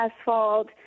asphalt